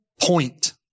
point